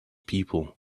people